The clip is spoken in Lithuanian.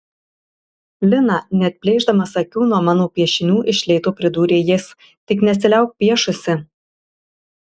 lina neatplėšdamas akių nuo mano piešinių iš lėto pridūrė jis tik nesiliauk piešusi